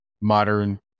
modern